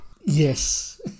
Yes